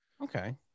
Okay